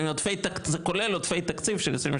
זה כולל עודפי תקציב של 23,